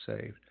saved